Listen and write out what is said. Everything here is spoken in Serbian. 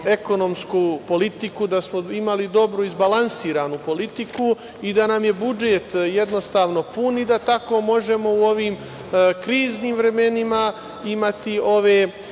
ekonomsku politiku, da smo imali dobro izbalansiranu politiku i da nam je budžet jednostavno pun i da tako možemo u ovim kriznim vremenima imati ove